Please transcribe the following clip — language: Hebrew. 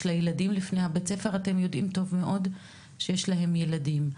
יש לה ילדים לפני בית הספר ואתם יודעים טוב מאוד שיש להם ילדים,